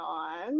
on